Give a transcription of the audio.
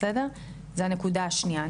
זה הנקודה השנייה.